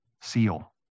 seal